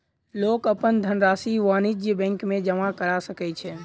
लोक अपन धनरशि वाणिज्य बैंक में जमा करा सकै छै